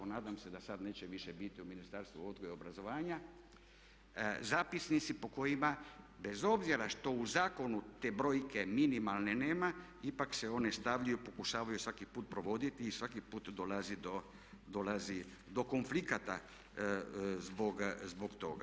Nadam se da sada neće više biti u Ministarstvu odgoja i obrazovanja zapisnici po kojima bez obzira što u zakonu te brojke minimalne nema, ipak se one stavljaju, pokušavaju svaki put provoditi i svaki put dolazi do konflikata zbog toga.